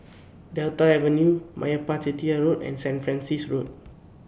Delta Avenue Meyappa Chettiar Road and Saint Francis Road